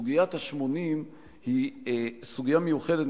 סוגיית ה-80 היא סוגיה מיוחדת,